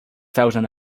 thousand